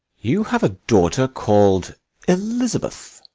you have a daughter call'd elizabeth.